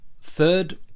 third